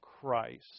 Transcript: Christ